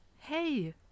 Hey